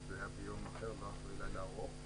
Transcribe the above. זה היה ביום אחר, ולא אחרי לילה ארוך.